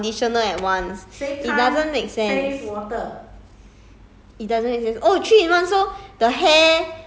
it doesn't work lah how can a shampoo act as a conditioner at once it doesn't make sense